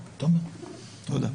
תודה.